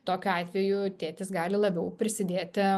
tokiu atveju tėtis gali labiau prisidėti